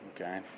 okay